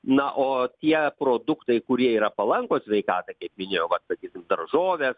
na o tie produktai kurie yra palankūs sveikatai kaip minėjau vat sakysim daržovės